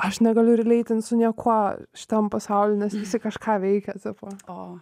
aš negaliu ryleitint su niekuo šitam pasauly nes visi kažką veikia tipo